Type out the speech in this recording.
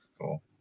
cool